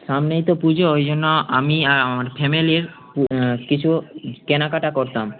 সামনেই তো পুজো ওই জন্য আমি আর আমার ফ্যামিলির কিছু কেনাকাটা করতাম